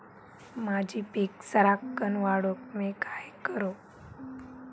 माझी पीक सराक्कन वाढूक मी काय करू?